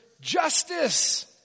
justice